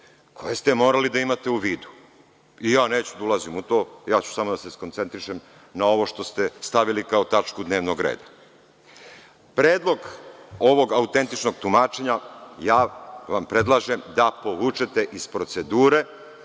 koje ste morali da imate u vidu. I, neću da ulazim u to, samo ću da se skoncentrišem na ovo što ste stavili kao tačku dnevnog reda. Predlog ovog autentičnog tumačenja, predlažem vam da povučete iz procedure,